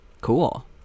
cool